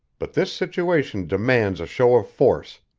but this situation demands a show of force,